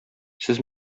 сез